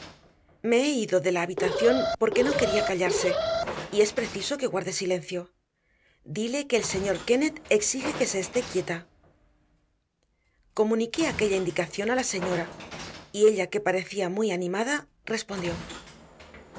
me he ido de la habitación porque no quería callarse y es preciso que guarde silencio dile que el señor kennett exige que se esté quieta comuniqué aquella indicación a la señora y ella que parecía muy animada respondió